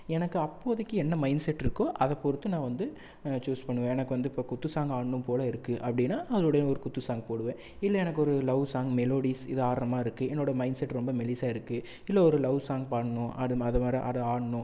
எனக்கு அப்போதைக்கு என்ன மைண்ட் செட் இருக்கோ அதை பொறுத்து நான் வந்து சூஸ் பண்ணுவேன் எனக்கு வந்து இப்போது குத்து சாங் ஆடணும் போல் இருக்குது அப்படின்னா அதோடையே ஒரு குத்து சாங் போடுவேன் இல்ல எனக்கு ஒரு லவ் சாங் மெலோடிஸ் இது ஆடுற மாதிரி இருக்குது என்னோடய மைண்ட் செட் ரொம்ப மெலிசாக இருக்குது இல்லை ஒரு லவ் சாங் பாடணும் அது அதுமாதிரி அது ஆடணும்